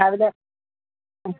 രാവിലെ